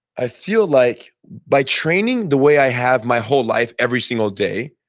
i feel like by training the way i have my whole life every single day,